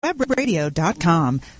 WebRadio.com